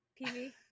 pv